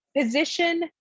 position